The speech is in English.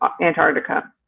Antarctica